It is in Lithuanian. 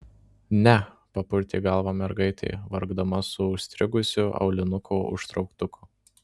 ne papurtė galvą mergaitė vargdama su užstrigusiu aulinuko užtrauktuku